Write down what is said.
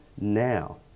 now